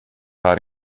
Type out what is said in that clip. här